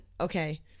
okay